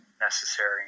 necessary